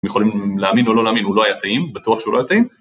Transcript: הם יכולים להאמין או לא להאמין, הוא לא היה טעים, בטוח שהוא לא היה טעים.